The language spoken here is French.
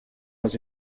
dans